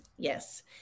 Yes